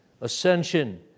ascension